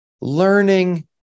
learning